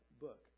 book